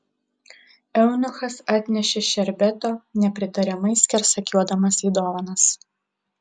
eunuchas atnešė šerbeto nepritariamai skersakiuodamas į dovanas